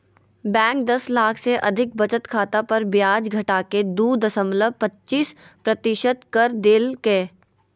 bank दस लाख से अधिक बचत खाता पर ब्याज घटाके दू दशमलब पचासी प्रतिशत कर देल कय